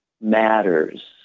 matters